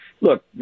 look